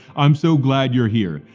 i'm so glad you're here,